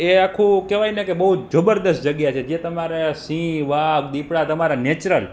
એ આખું કહેવાય ને કે બહુ જબરદસ્ત જગ્યા છે જે તમારે સિંહ વાઘ દીપડા તમારે નેચરલ